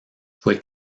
fue